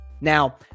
Now